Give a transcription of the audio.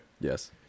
Yes